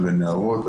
לנערות.